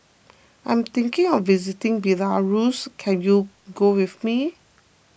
I'm thinking of visiting Belarus can you go with me